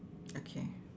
okay